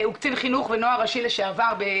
הוא קצין חינוך ונוער ראשי בצבא,